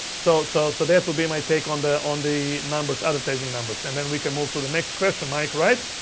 so so so that will be my take on the on the numbers, advertising numbers. and then we can move to the next question mike right,